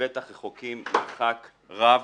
ובטח רחוקים מרחק רב